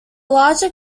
larger